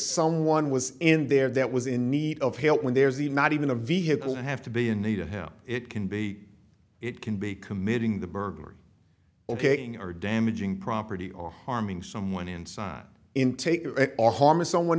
someone was in there that was in need of help when there's the not even a vehicle have to be in need of him it can be it can be committing the burglary or damaging property or harming someone inside intake or harm a someone